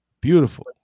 Beautiful